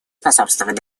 способствует